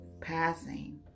passing